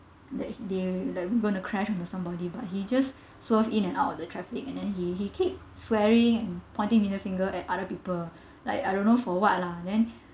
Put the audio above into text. like they like we're going to crash into somebody but he just swerved in and out of the traffic and then he he keep swearing and pointing middle finger at other people like I don't know for what lah then